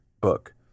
book